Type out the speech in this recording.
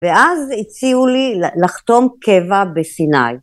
ואז הציעו לי לחתום קבע בסיני.